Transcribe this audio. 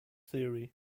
theory